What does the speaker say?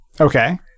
Okay